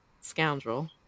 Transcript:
scoundrel